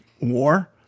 war